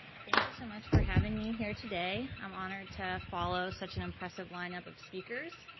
thank you so much for having me here today, i'm honored to follow such an impressive line up of speakers,